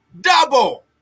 double